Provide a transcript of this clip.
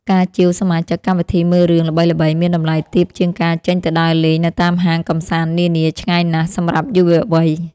ការជាវសមាជិកកម្មវិធីមើលរឿងល្បីៗមានតម្លៃទាបជាងការចេញទៅដើរលេងនៅតាមហាងកម្សាន្តនានាឆ្ងាយណាស់សម្រាប់យុវវ័យ។